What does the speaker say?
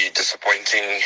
disappointing